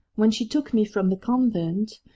when she took me from the convent,